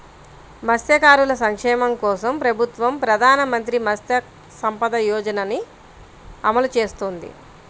మత్స్యకారుల సంక్షేమం కోసం ప్రభుత్వం ప్రధాన మంత్రి మత్స్య సంపద యోజనని అమలు చేస్తోంది